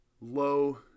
low